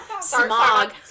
Smog